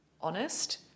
honest